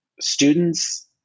students